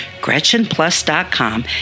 gretchenplus.com